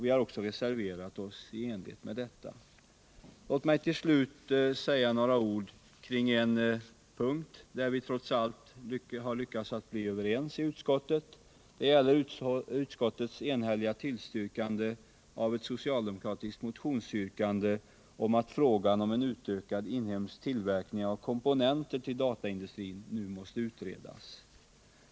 Vi har också reserverat oss i enlighet med detta ärende. Låt mig till slut säga några ord om en punkt, där vi trots allt har lyckats att bli överens i utskottet. Det gäller utskottets enhälliga tillstyrkande av ett socialdemokratiskt motionsyrkande om att en utökad inhemsk tillverkning av komponenter till dataindustrin nu måste utredas.